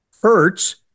Hertz